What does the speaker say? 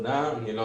תודה רבה